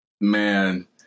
man